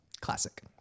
classic